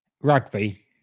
Rugby